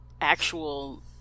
actual